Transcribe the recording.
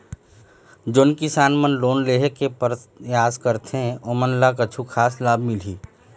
जोन किसान मन लोन लेहे के परयास करथें ओमन ला कछु खास लाभ मिलही?